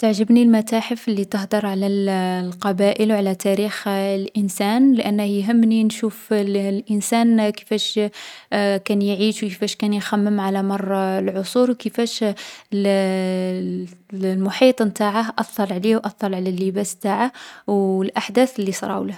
تعجبني المتاحف لي تهدر على الـ القبائل و على تاريخ الإنسان. لأنه يهمني نشوف الـ الانسان كيفاش كان يعيش و كيفاش كان يخمم على مر العصور، كيفاش الـ الـ المحيط نتاعه أثّر عليه و أثر على اللباس نتاعه، و الأحداث لي صراوله.